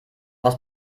aus